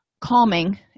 calming